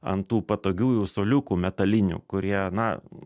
ant tų patogiųjų suoliukų metalinių kurie na